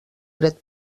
dret